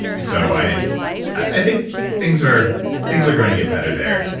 so i i think things are things are going to get better there.